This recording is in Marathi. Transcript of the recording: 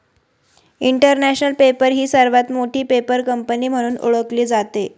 इंटरनॅशनल पेपर ही सर्वात मोठी पेपर कंपनी म्हणून ओळखली जाते